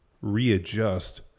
readjust